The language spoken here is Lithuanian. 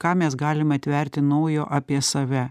ką mes galim atverti naujo apie save